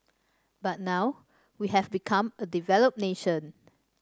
but now we have become a developed nation